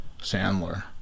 Sandler